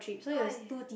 why